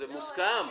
זה מוסכם.